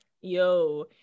yo